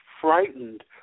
frightened